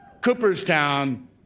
Cooperstown